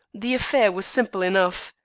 the affair was simple enough.